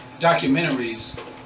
documentaries